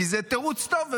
כי זה תירוץ טוב,